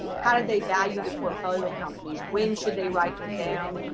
how do they value the portfolio companies. when should they write them down?